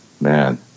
man